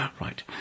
right